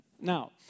Now